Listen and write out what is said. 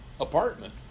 apartment